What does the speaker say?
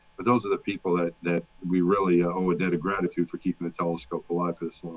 but those are the people that that we really owe a debt of gratitude for keeping the telescope alive for this long.